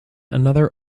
another